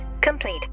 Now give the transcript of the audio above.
complete